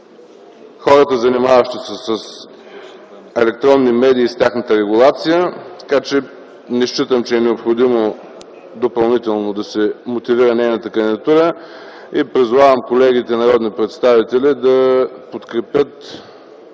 хората, занимаващи се с електронни медии и тяхната регулация, така че не считам, че е необходимо допълнително да се мотивира нейната кандидатура. Призовавам колегите народни представители да подкрепят